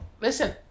Listen